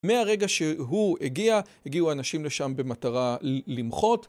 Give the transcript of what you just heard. מהרגע שהוא הגיע, הגיעו אנשים לשם במטרה למחות.